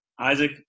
Isaac